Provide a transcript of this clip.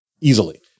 easily